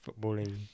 footballing